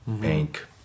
pink